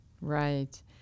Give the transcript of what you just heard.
Right